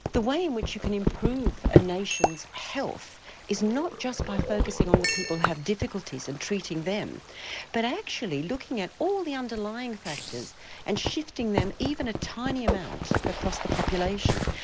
the way in which you can improve a nation's health is not just by focussing on the people who have difficulties and treating them but actually looking at all the underlying factors and shifting them, even a tiny amount, across the population.